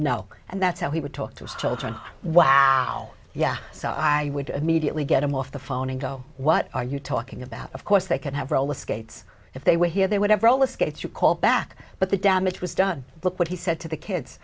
no and that's how he would talk to his children wow yeah so i would immediately get him off the phone and go what are you talking about of course they could have roller skates if they were here they would have roller skates you call back but the damage was done look what he said to the kids